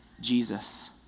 Jesus